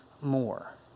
more